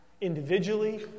individually